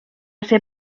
ser